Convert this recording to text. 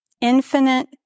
Infinite